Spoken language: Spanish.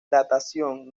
datación